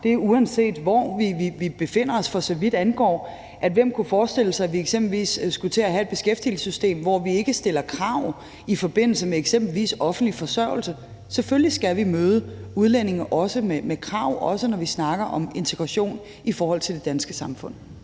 Det gælder, uanset hvor vi befinder os. Hvem kunne forestille sig, at vi f.eks. skulle til at have et beskæftigelsessystem, hvor vi ikke stiller krav i forbindelse med eksempelvis offentlig forsørgelse? Selvfølgelig skal vi også møde udlændinge med krav, også når vi snakker om integration i forhold til det danske samfund.